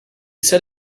set